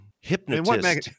Hypnotist